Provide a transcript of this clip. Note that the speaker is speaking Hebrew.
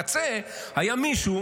בקצה היה מישהו